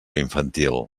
infantil